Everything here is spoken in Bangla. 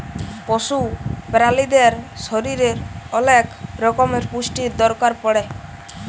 পশু প্রালিদের শরীরের ওলেক রক্যমের পুষ্টির দরকার পড়ে